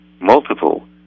multiple